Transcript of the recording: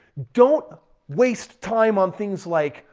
don't waste time on things like,